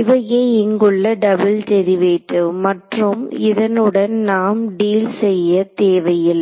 இவையே இங்குள்ள double derivative மற்றும் இதனுடன் நாம் டீல் செய்ய தேவையில்லை